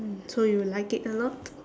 mm so you like it a lot